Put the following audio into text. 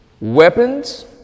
weapons